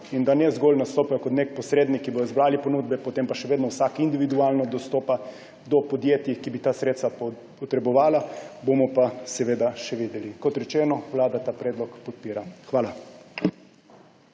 in da ne zgolj nastopajo kot neki posredniki, ki bodo zbrali ponudbe, potem pa še vedno vsak individualno dostopa do podjetij, ki bi ta sredstva potrebovala, bomo pa seveda še videli. Kot rečeno, Vlada ta predlog podpira. Hvala.